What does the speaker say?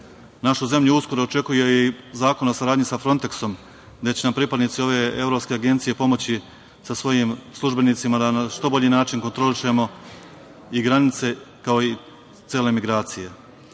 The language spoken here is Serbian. Našu zemlju uskoro očekuje i zakon o saradnju sa Fronteskom, gde će nam pripadnici ove evropske agencije pomoći sa svojim službenicima da na što bolji način kontrolišemo granice, kao i cele migracije.Za